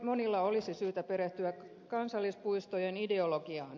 monilla olisi syytä perehtyä kansallispuistojen ideologiaan